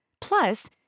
Plus